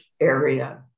area